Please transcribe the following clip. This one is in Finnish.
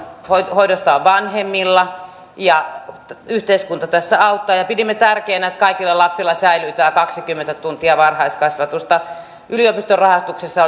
hoidosta on vanhemmilla ja yhteiskunta tässä auttaa pidimme tärkeänä että kaikilla lapsilla säilyy tämä kaksikymmentä tuntia varhaiskasvatusta yliopiston rahoituksessa